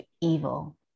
evil